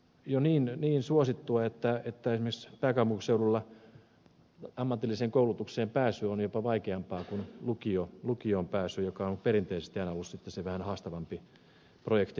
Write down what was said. se on jo niin suosittua että esimerkiksi pääkaupunkiseudulla ammatilliseen koulutukseen pääsy on jopa vaikeampaa kuin lukioon pääsy joka on perinteisesti aina ollut sitten se vähän haastavampi projekti nuorilla